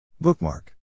Bookmark